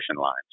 lines